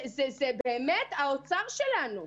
זה האוצר שלנו.